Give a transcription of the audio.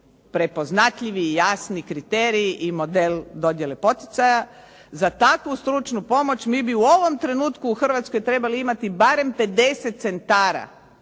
prepoznatljivi, jasni kriterij i model dodjele poticaja. Za takvu stručnu pomoć mi bi u ovom trenutku u Hrvatskoj trebali imati barem 50 centara